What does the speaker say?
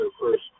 first